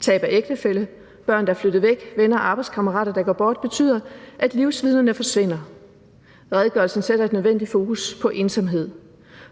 Tab af ægtefælle, børn, der er flyttet væk, venner og arbejdskammerater, der går bort, betyder, at livsvidnerne forsvinder. Redegørelsen sætter et nødvendigt fokus på ensomhed,